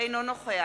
אינו נוכח